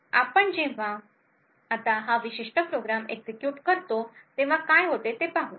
आता जेव्हा आपण हा विशिष्ट प्रोग्राम एक्झिक्युट करतो तेव्हा काय होते ते पाहू